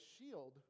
shield